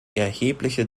erhebliche